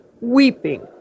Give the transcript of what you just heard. weeping